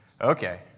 okay